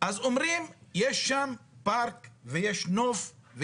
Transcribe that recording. אז אומרים יש שם פארק ויש נוף,